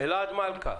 אלעד מלכה.